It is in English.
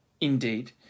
Indeed